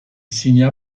signa